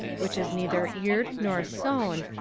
which is neither eared nor sown,